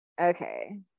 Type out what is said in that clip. Okay